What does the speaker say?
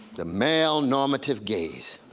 the male normative gaze.